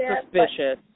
suspicious